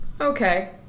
Okay